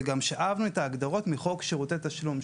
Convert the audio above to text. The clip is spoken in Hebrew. שאבנו אותן מחוק שירותי תשלום,